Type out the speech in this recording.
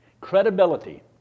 credibility